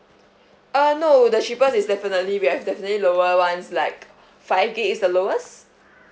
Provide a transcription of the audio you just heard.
uh no the cheapest is definitely we have definitely lower ones like five gig is the lowest